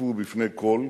נחשפו בפני כול.